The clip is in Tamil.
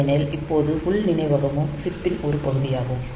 ஏனெனில் இப்போது உள் நினைவகமும் சிப்பின் ஒரு பகுதியாகும்